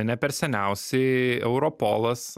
ne per seniausiai europolas